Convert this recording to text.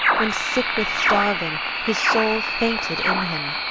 when, sick with starving, his soul fainted in him,